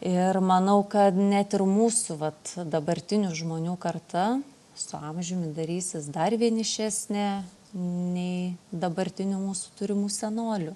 ir manau kad net ir mūsų vat dabartinių žmonių karta su amžiumi darysis dar vienišesnė nei dabartinių mūsų turimų senolių